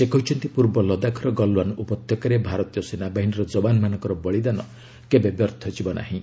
ସେ କହିଛନ୍ତି ପୂର୍ବ ଲଦାଖର ଗଲଓ୍ୱାନ ଉପତ୍ୟକାରେ ଭାରତୀୟ ସେନାବାହିନୀର ଜବାନମାନଙ୍କର ବଳିଦାନ କେବେ ବ୍ୟର୍ଥ ଯିବ ନାହିଁ